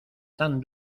tan